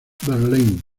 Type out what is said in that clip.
verlaine